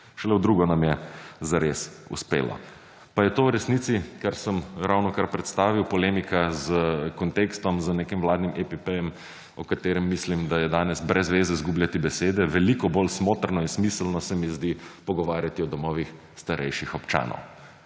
Šele v drugo nam je zares uspelo. Pa je to v resnici, kar sem ravnokar predstavil, polemika s kontekstom, z nekim vladnim EPP-jem, o katerem mislim, da je danes brezveze izgubljati besede. Veliko bolj smotrno in smiselno se mi zdi pogovarjati o domovih starejših občanov.